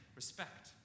respect